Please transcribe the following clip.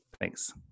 Thanks